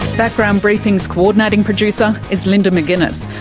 background briefing's coordinating producer is linda mcginness.